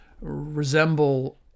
resemble